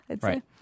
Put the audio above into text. Right